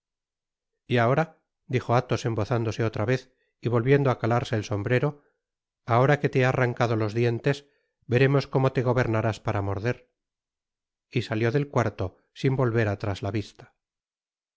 y ahora dijo athos embozándose otra vez y volviendo á calarse el sombrero ahora que te he arrancado los dientes veremos como te gobernarás para morder y salió del cuarto sin volver atrás la vista en